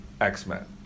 X-Men